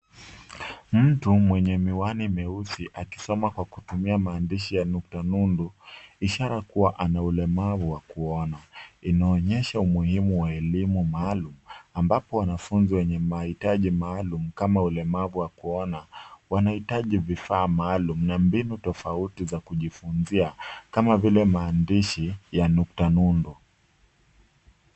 Mtu mwenye miwani mweusi akisoma kwa kutumia maandishi ya nukta nundu ishara kuwa ana ulemavu wa kuona. Inaonyesha umuhimu wa elimu maalum ambapo wanafunzi wenye mahitaji maalum kama ulemavu wa kuona wanahitaji vifaa maalum na mbinu tofauti za kujifunzia kama vile maandishi ya nukta nundu.